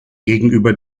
gegenüber